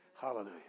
Hallelujah